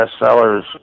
bestsellers